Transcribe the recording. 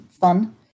fun